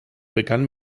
begann